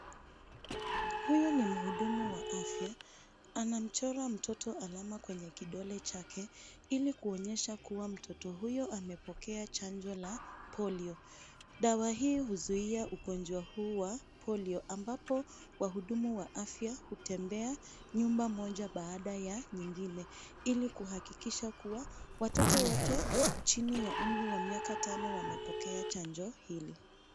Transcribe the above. Huyu ni mhudumu wa afya. Anamchora mtoto alama kwenye kidole chake ili kuonyesha kuwa mtoto huyo amepokea chanjo la polio. Dawa hii huzuia ugonjwa huu wa polio ambapo wahudumu wa afya hutembea nyumba moja baada ya nyingine ili kuhakikisha kuwa watoto wote chini ya umri wa miaka tano wamepokea chanjo hili.